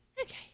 Okay